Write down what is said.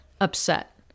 upset